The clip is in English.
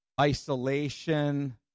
isolation